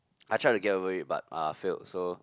I tried to get over it but uh failed so